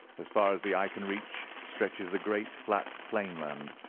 as far as the eye can reach stretches the great flat plain-land,